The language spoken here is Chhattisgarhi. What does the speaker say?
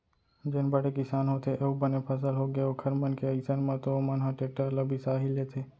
जेन बड़े किसान होथे अउ बने फसल होगे ओखर मन के अइसन म तो ओमन ह टेक्टर ल बिसा ही लेथे